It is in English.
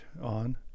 on